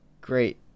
great